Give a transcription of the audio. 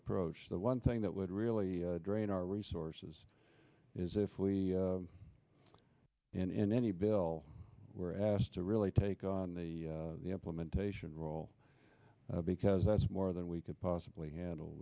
approach the one thing that would really drain our resources is if we in any bill were asked to really take on the implementation role because that's more than we could possibly handle